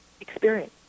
experience